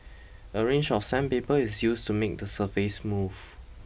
a range of sandpaper is used to make the surface smooth